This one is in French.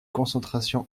concentration